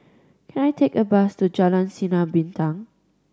can I take a bus to Jalan Sinar Bintang